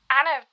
Anna